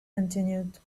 continued